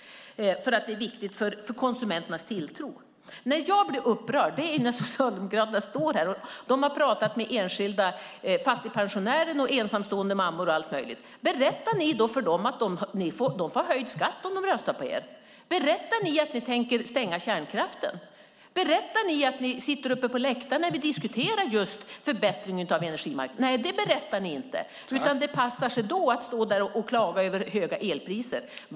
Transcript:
Det är viktigt för konsumenternas tilltro. Jag blir upprörd när Socialdemokraterna står här och säger saker. Ni har pratat med enskilda fattigpensionärer och ensamstående mammor och så vidare. Berättar ni för dem att de får höjd skatt om de röstar på er? Berättar ni att ni tänker stänga kärnkraften? Berättar ni att ni sitter på läktaren när vi diskuterar förbättring av energimarknaden? Nej, det berättar ni inte. Då passar det sig att klaga över höga elpriser.